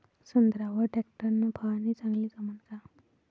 संत्र्यावर वर टॅक्टर न फवारनी चांगली जमन का?